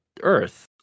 Earth